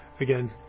Again